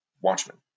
Watchmen